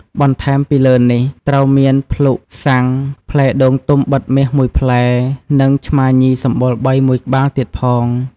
បន្ថែមពីលើនេះ ត្រូវមាន ភ្លុក,ស័ង្ខ, ផ្លែដូងទុំបិទមាស១ផ្លែ និងឆ្មាញីសម្បុរបីមួយក្បាលទៀងផង។